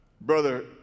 Brother